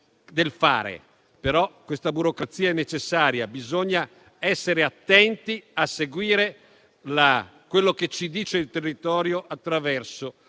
del fare. Però questa burocrazia è necessaria, poiché bisogna essere attenti a seguire quello che ci dice il territorio attraverso